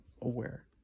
aware